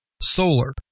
solar